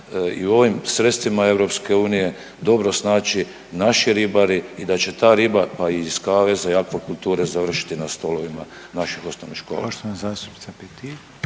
i u ovim sredstvima EU dobro snaći naši ribari i da će riba pa i iz kaveza i akvakulture završiti na stolovima naših osnovnih škola.